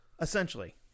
Essentially